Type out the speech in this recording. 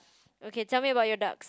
okay tell me about your duck